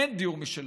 אין דיור משלהם,